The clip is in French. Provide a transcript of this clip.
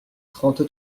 trente